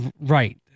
Right